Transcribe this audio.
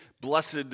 Blessed